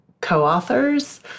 co-authors